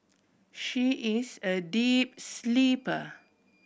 she is a deep sleeper